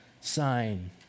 sign